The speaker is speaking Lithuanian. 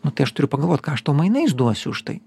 nu tai aš turiu pagalvot ką aš tau mainais duosiu už tai